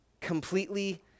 completely